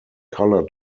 color